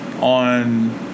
on